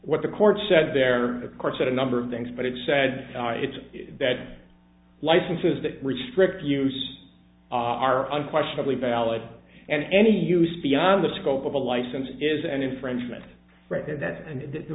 what the court said there are of course that a number of things but it says it's that licenses that restrict use are unquestionably valid and any use beyond the scope of a license is an infringement right there that and the